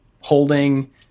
holding